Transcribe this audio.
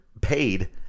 paid